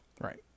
right